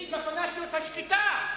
נציג הפנאטיות השקטה.